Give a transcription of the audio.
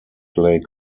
lake